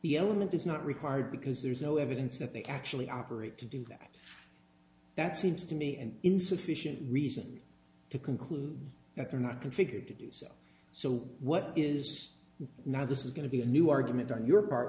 the element is not required because there is no evidence that they actually operate to do that that seems to me and insufficient reason to conclude that they're not configured to do so so what is now this is going to be a new argument on your part